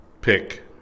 pick